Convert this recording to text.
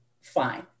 fine